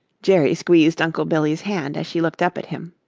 jerry squeezed uncle billy's hand as she looked up at him.